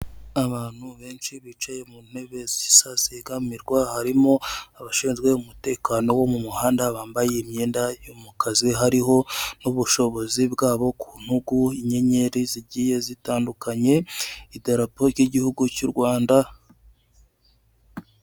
Abantu benshi bicaye mu ntebe zisazigamirwa harimo abashinzwe umutekano wo mu muhanda bambaye imyenda yo mu kazi hariho n'ubushobozi bwabo ku m ntugu inyenyeri zigiye zitandukanye idarapo ry'igihugu cy'u Rwanda.